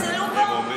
הם יזלזלו בו?